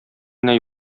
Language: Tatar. генә